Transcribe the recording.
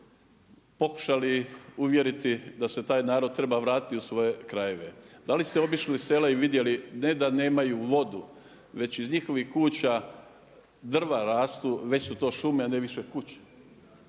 pokušali uvjeriti da se taj narod treba vratiti u svoje krajeve? Da li ste obišli sela i vidjeli ne da nemaju vodu već iz njihovih kuća drva rastu, već su to šume a ne više kuće?